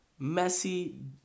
Messi